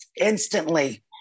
instantly